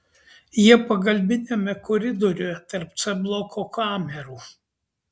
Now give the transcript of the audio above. jie pagalbiniame koridoriuje tarp c bloko kamerų